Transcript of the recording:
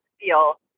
feel